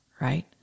right